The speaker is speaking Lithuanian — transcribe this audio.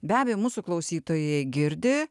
be abejo mūsų klausytojai girdi